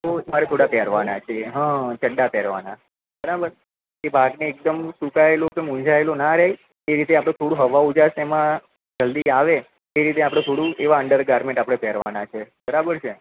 તો તમારે થોડા પહેરવાનાં છે હ ચડ્ડા પહેરવાના છે બરાબર તે ભાગને એકદમ ટૂકાયેલો કે મુંઝાયેલો ના રહે તે રીતે આપણે થોડુક હવા ઉજાસ એમાં જલ્દી આવે તે રીતે આપણે થોડુક એવા અન્ડર ગારમેન્ટ આપણે પહેરવાનાં છે બરાબર છે